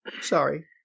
Sorry